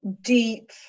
deep